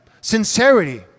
Sincerity